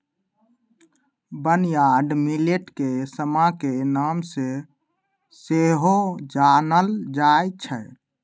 barnyard millet के समा के नाम से सेहो जानल जाइ छै